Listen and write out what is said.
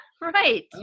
Right